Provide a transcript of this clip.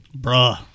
Bruh